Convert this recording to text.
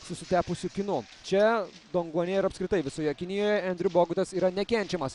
susitepusiu kinu čia donguane ir apskritai visoje kinijoje endriu bogutas yra nekenčiamas